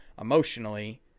emotionally